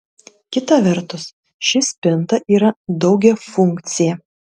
kita vertus ši spinta yra daugiafunkcė